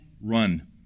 run